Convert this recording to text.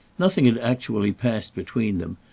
nothing had actually passed between them,